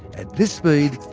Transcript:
at this speed,